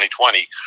2020